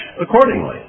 accordingly